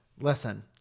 listen